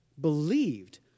believed